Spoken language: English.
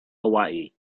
hawaii